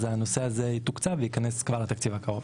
אז הנושא הזה יתוקצב וייכנס כבר לתקציב הקרוב.